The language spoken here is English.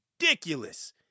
ridiculous